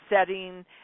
setting